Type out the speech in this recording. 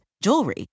jewelry